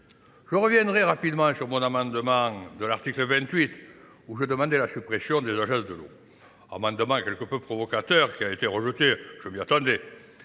Je reviendrai rapidement sur mon amendement de l'article 28 où je demandais la suppression des agences de l'eau. Amendement quelque peu provocateur qui a été rejeté, je m'y attendais.